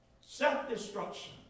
Self-destruction